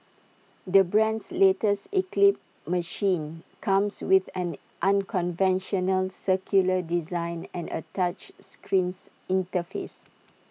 the brand's latest eclipse machine comes with an unconventional circular design and A touch screens interface